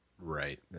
Right